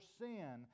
sin